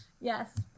Yes